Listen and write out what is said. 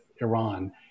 Iran